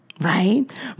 right